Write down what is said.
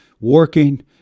working